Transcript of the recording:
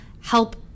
help